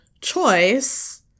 choice